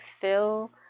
fill